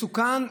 מסוכן?